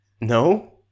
No